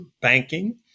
banking